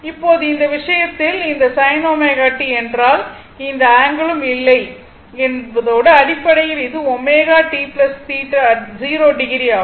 இப்போது இந்த விஷயத்தில் இந்த sin ω t என்றால் எந்த ஆங்கிளும் இல்லை என்பதோடு அடிப்படையில் இது ω t 0o ஆகும்